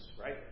right